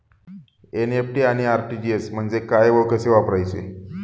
NEFT आणि RTGS म्हणजे काय व कसे वापरायचे?